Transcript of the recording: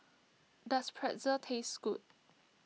does Pretzel taste good